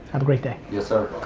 have a great day. yes sir.